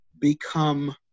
become